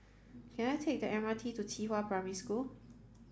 can I take the M R T to Qihua Primary School